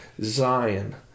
Zion